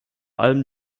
allem